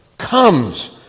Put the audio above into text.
comes